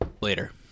Later